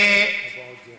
השפה הערבית?